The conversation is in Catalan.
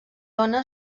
ona